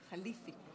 חליפי.